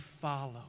follow